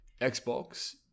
xbox